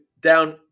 down